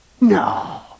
No